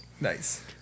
Nice